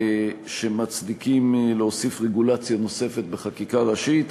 שמצדיקים להוסיף רגולציה נוספת בחקיקה ראשית.